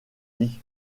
lit